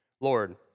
Lord